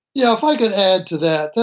yeah, if i could add to that,